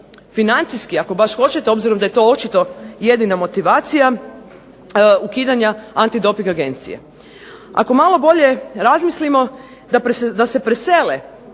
financijski ako baš hoćete, obzirom da je to očito jedina motivacija ukidanja antidoping agencije. Ako malo bolje razmislimo da se presele